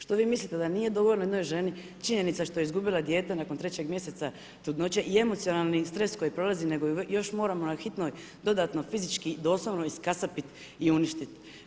Što vi mislite da nije dovoljno jednoj ženi, činjenica da je izgubila dijete nakon 3 mj. trudnoće i emocionalni stres koji prolazi, nego još moramo na hitnoj, dodatno, fizički, doslovno iskasapit i uništiti.